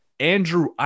Andrew